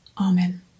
Amen